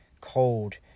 cold